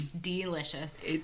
delicious